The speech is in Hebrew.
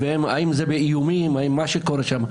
אם זה באיומים וכדומה,